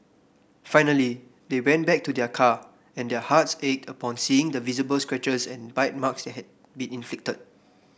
finally they went back to their car and their hearts ached upon seeing the visible scratches and bite marks had been inflicted